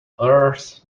earth